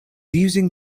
using